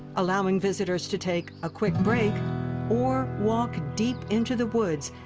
allowing visitors to take a quick break or walk deep into the woods,